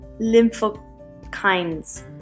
lymphokines